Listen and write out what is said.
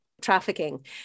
Trafficking